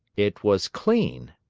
it was clean,